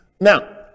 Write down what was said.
Now